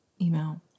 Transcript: email